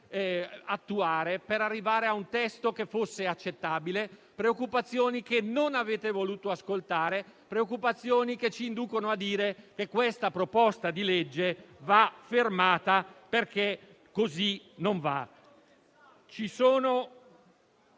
valutare per arrivare a un testo che fosse accettabile; preoccupazioni che non avete voluto ascoltare e che ci inducono a dire che questo disegno di legge va fermato perché così non va.